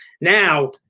now